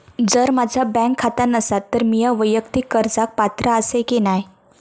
जर माझा बँक खाता नसात तर मीया वैयक्तिक कर्जाक पात्र आसय की नाय?